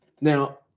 Now